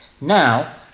Now